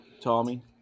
Tommy